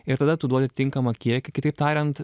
ir tada tu duodi tinkamą kiekį kitaip tariant